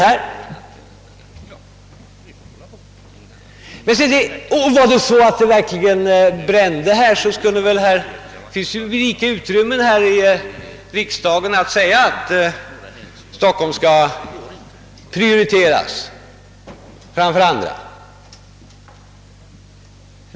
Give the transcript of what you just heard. Om denna fråga verkligen var brännande, hade det ju funnits rika möjligheter att här i riksdagen säga ifrån att Stockholm skall prioriteras framför andra orter.